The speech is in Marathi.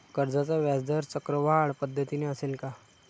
कर्जाचा व्याजदर चक्रवाढ पद्धतीने असेल का?